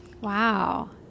Wow